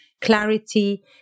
clarity